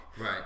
Right